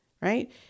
right